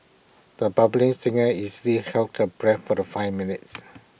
the budding singer easily held her breath for the five minutes